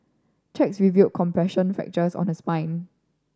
checks review compression fractures on her spine